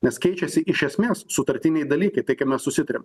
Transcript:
nes keičiasi iš esmės sutartiniai dalykai tai kai mes susitarėm